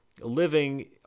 living